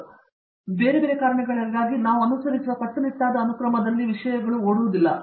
ಭಿನ್ನವಾಗಿ ಬೇರೆ ಬೇರೆ ಕಾರಣಗಳಿಗಾಗಿ ನಾವು ಅನುಸರಿಸುವ ಕಟ್ಟುನಿಟ್ಟಾದ ಅನುಕ್ರಮದಲ್ಲಿ ವಿಷಯಗಳನ್ನು ಓಡುವುದಿಲ್ಲ